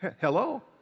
Hello